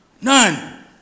None